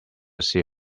see